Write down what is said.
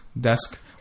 desk